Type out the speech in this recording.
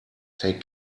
take